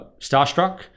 Starstruck